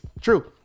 true